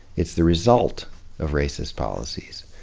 it's the result of racist policies.